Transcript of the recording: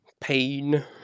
pain